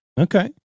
Okay